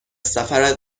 سفرت